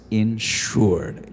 insured